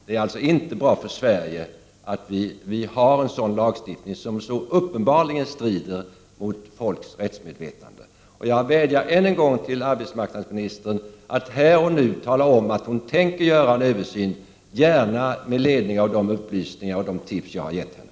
Det är inte bra för Sverige att vi har en sådan lagstiftning som så uppenbart strider mot människors rättsmedvetande. Jag vädjar än en gång till arbetsmarknadsministern att här och nu tala om att hon tänker göra en översyn, gärna med ledning av de upplysningar och de tips som jag har gett henne.